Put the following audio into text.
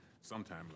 sometime